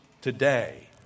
today